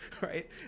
right